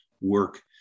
work